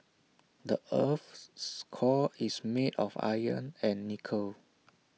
the Earth's core is made of iron and nickel